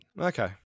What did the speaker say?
Okay